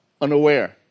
unaware